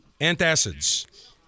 antacids